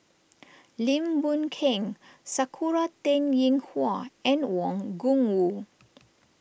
Lim Boon Keng Sakura Teng Ying Hua and Wang Gungwu